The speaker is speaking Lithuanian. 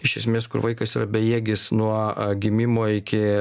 iš esmės kur vaikas yra bejėgis nuo gimimo iki